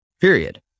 period